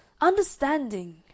Understanding